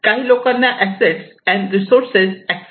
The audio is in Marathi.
काही लोकांना अससेट्स अँड रिसोर्सेस ऍक्सेस असतो